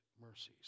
mercies